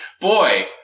boy